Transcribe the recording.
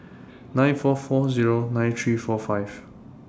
nine four four Zero nine three four five